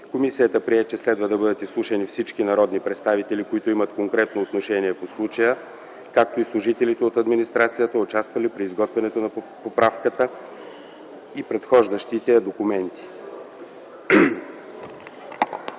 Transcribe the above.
Комисията прие, че следва да бъдат изслушани всички народни представители, които имат конкретно отношение по случая, както и служителите от администрацията, участвали при изготвянето на поправката и предхождащите я документи.